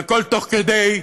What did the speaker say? והכול תוך כדי,